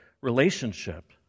relationship